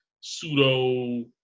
pseudo